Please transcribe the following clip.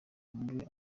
mubi